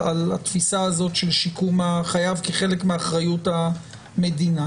התפיסה של שיקום החייב כחלק מאחריות המדינה.